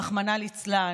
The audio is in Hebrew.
רחמנא ליצלן,